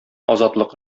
азатлык